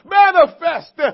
manifest